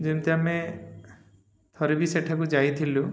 ଯେମିତି ଆମେ ଥରେ ବି ସେଠାକୁ ଯାଇଥିଲୁ